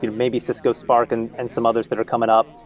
you know maybe cisco spark and and some others that are coming up.